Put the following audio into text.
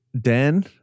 Dan